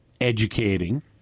educating